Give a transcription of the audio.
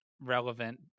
relevant